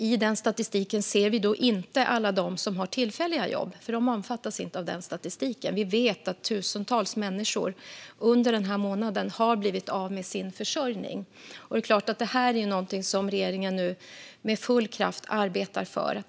I den statistiken ser vi inte alla dem som har tillfälliga jobb, för de omfattas inte. Men vi vet att tusentals människor har blivit av med sin försörjning under den här månaden, och det är klart att det är något som regeringen nu med full kraft arbetar för att lösa.